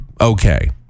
okay